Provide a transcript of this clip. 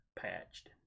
patched